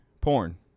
Porn